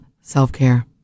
self-care